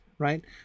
Right